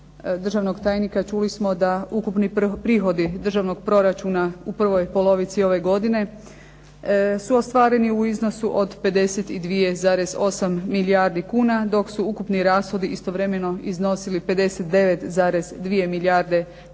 državnog tajnika čuli smo da ukupni prihodi državnog proračuna u prvoj polovici ove godine su ostvareni u iznosu od 52,8 milijuna kuna, dok su ukupni rashodi istovremeno iznosili 59,2 milijarde kuna.